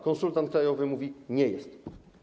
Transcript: Konsultant krajowy mówi: nie jest.